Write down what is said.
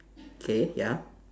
K ya